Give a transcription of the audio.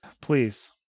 Please